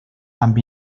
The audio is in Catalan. amb